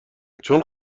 چون